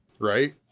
right